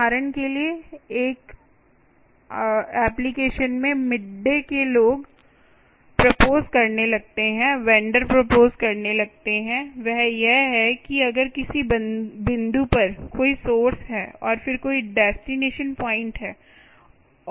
उदाहरण के लिए एक आवेदन में मिडडे के लोग प्रपोज करने लगते हैं वेंडर प्रपोज करने लगते हैं वह यह है कि अगर किसी बिंदु पर कोई सोर्स है और फिर कोई डेस्टिनेशन पॉइंट है